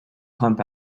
pump